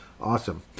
Awesome